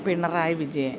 Pinarayi Vijayan